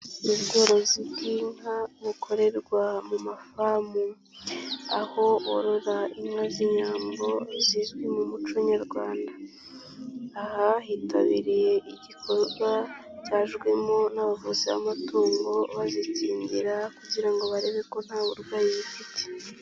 Ubworozi bw'inka bukorerwa mu mafamu aho borora inka z'inyambo zizwi mu muco nyarwanda, aha hitabiriye igikorwa cyajwemo n'abavuzi b'amatungo bazikingira kugira ngo barebe ko nta burwayi bafite.